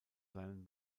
seinen